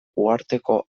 uharteko